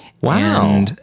Wow